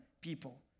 people